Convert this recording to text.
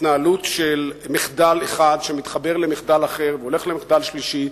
התנהלות של מחדל אחד שמתחבר למחדל אחר והולך למחדל שלישי,